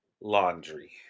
laundry